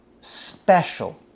special